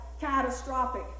catastrophic